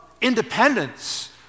independence